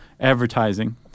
advertising